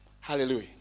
Hallelujah